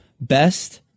best